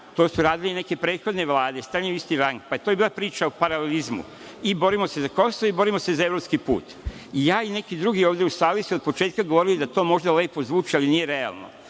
to su radile neke prethodne vlade, stavljanje u isti rang, tu je bila priča o paralelizmu – borimo se za Kosovo i borimo se za evropski put. Ja i neki drugi ovde u sali smo od početka govorili da to možda lepo zvuči, ali nije realno.